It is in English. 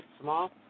small